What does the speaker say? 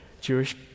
Jewish